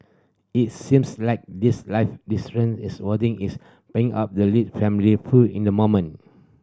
it seems like these life differences is wording is playing out the Lee family feud in the moment